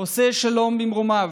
"עושה שלום במרומיו",